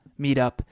meetup